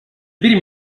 bir